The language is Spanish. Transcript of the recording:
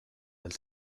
del